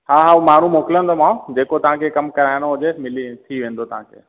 हा हा उहो माण्हू मोकलंदोमांव जेको तव्हांखे कमु कराइणो हुजे मिली थी वेंदो तव्हांखे